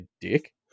dick